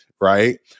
right